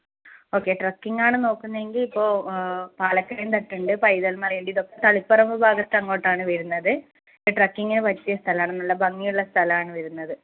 okay trekking ആണ് നോക്കുന്നതെങ്കിൽ ഇപ്പോൾ പാലക്കയം തട്ടുണ്ട് പൈതൽമല ഉണ്ട് ഇതൊക്കെ തളിപ്പറമ്പ് ഭാഗത്ത് അങ്ങോട്ടാണ് വരുന്നത് ട്രക്കിങിനു പറ്റിയ സ്ഥലമാണ് നല്ല ഭംഗിയുള്ള സ്ഥലം ആണ് വരുന്നത്